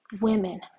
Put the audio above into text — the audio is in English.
women